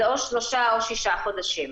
זה שלושה או שישה חודשים.